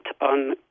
on